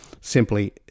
simply